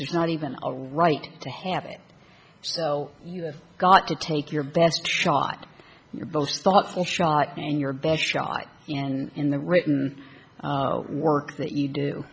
it's not even right to have it so you've got to take your best shot you're both thoughtful shot in your best shot and in the written work that you do